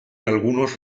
algunos